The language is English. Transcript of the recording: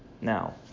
Now